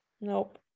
Nope